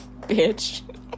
Bitch